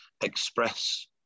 express